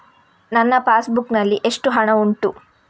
ನನ್ನ passbook ನಲ್ಲಿ ಎಷ್ಟು ಹಣ ಉಂಟು?